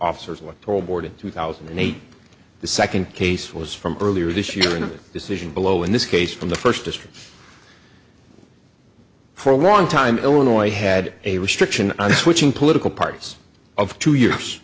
in two thousand and eight the second case was from earlier this year in a decision below in this case from the first district for a long time illinois had a restriction on switching political parties of two years